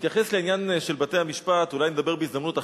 בעניין בתי-המשפט אולי נדבר בהזדמנות אחרת.